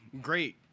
great